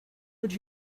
would